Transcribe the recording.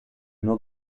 nur